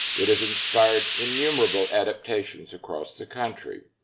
it has inspired innumerable adaptations across the country.